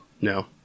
no